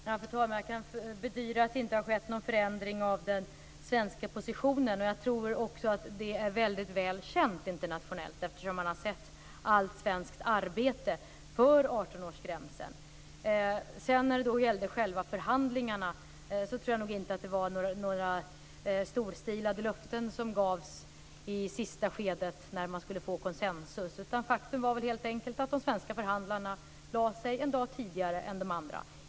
Fru talman! Jag kan bedyra att det inte har skett någon förändring av den svenska positionen. Jag tror också att det är väl känt internationellt, eftersom man har sett allt svenskt arbete för 18-årsgränsen. När det gäller själva förhandlingarna tror jag inte att det var några storstilade löften som gavs i sista skedet när man skulle få konsensus. Faktum var helt enkelt att de svenska förhandlarna lade sig en dag tidigare än de andra.